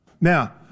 Now